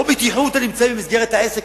בטיחות הנמצאים במסגרת העסק,